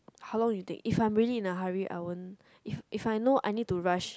how long you take if I am really in a hurry I won't if if I know I need to rush